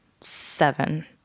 seven